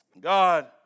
God